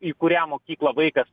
į kurią mokyklą vaikas